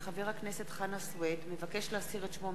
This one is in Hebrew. כי חבר הכנסת חנא סוייד מבקש להסיר את שמו